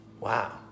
Wow